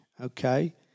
Okay